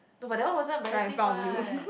no but that one wasn't embarrassing what